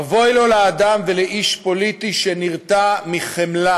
אבוי לו לאדם ולאיש פוליטי שנרתע מחמלה,